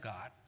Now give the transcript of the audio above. God